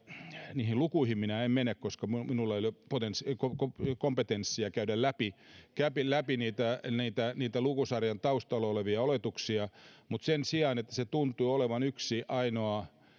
niihin lukuihin minä en mene koska minulla minulla ei ole kompetenssia käydä läpi niitä lukusarjan taustalla olevia oletuksia niin minua häiritsi eniten se että tämä maahanmuuttoilmiön arviointi tuntui olevan yksi ainoa